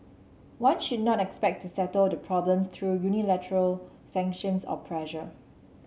one should not expect to settle the problems through unilateral sanctions or pressure